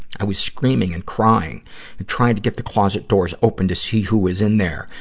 i was screaming and crying and trying to get the closet doors open to see who was in there,